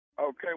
Okay